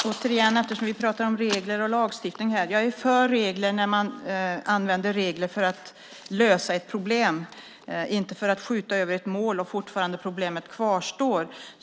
Herr talman! Eftersom vi talar om regler och lagstiftning här vill jag återigen säga att jag är för regler när man använder regler för att lösa ett problem men inte för att skjuta över ett mål så att problemet fortfarande kvarstår.